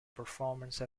performance